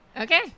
Okay